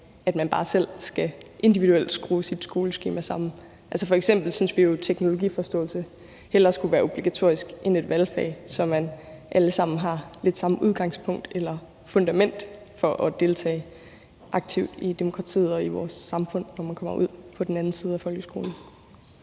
at man bare selv individuelt skal skrue sit skoleskema sammen. F.eks. synes vi, at teknologiforståelse hellere skulle være obligatorisk end et valgfag, så alle har det samme fundament for at deltage aktivt i demokratiet og i vores samfund, når man kommer ud på den anden side af folkeskolen.